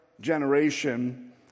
generation